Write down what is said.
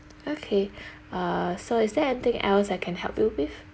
okay uh so is there anything else I can help you with